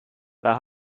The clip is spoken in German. war